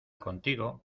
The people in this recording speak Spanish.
contigo